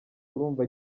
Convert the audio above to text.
urumva